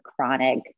chronic